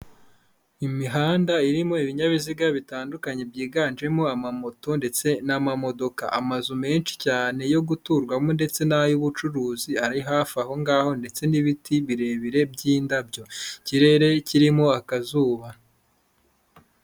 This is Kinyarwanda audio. Imihanda irimo ibinyabiziga bitandukanye byiganjemo amamoto ndetse n'amamodoka. Amazu menshi cyane yo guturwamo ndetse n'ay'ubucuruzi ari hafi aho ngaho ndetse n'ibiti birebire by'indabyo ikirere kirimo akazuba.